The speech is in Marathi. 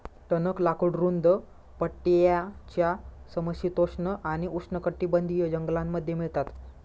टणक लाकूड रुंद पट्ट्याच्या समशीतोष्ण आणि उष्णकटिबंधीय जंगलांमध्ये मिळतात